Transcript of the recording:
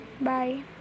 bye